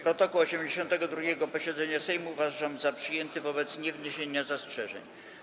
Protokół 82. posiedzenia Sejmu uważam za przyjęty wobec niewniesienia zastrzeżeń.